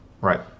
Right